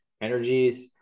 energies